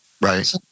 Right